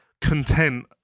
content